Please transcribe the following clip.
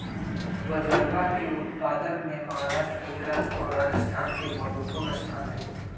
बजरवा के उत्पादन में महाराष्ट्र गुजरात और राजस्थान के महत्वपूर्ण स्थान हई